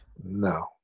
No